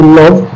love